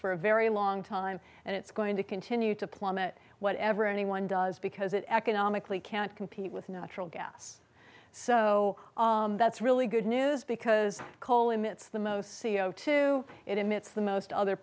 for a very long time and it's going to continue to plummet whatever anyone does because it economically can't compete with natural gas so that's really good news because coal emits the most c o two it emits the most other